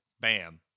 bam